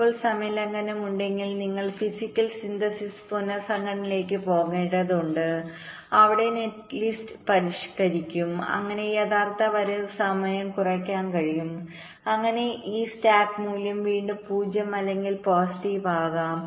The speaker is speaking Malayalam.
ഇപ്പോൾ സമയ ലംഘനം ഉണ്ടെങ്കിൽ ഞങ്ങൾ ഫിസിക്കൽ സിന്തസിസ്പുനർ സംഘടനയിലേക്ക് പോകേണ്ടതുണ്ട് അവിടെ ഞങ്ങൾ നെറ്റ്ലിസ്റ്റ് പരിഷ്ക്കരിക്കും അങ്ങനെ യഥാർത്ഥ വരവ് സമയം കുറയ്ക്കാൻ കഴിയും അങ്ങനെ ഈ സ്ലാക്ക് മൂല്യം വീണ്ടും 0 അല്ലെങ്കിൽ പോസിറ്റീവ് ആക്കാം